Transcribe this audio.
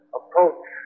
approach